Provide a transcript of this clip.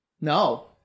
No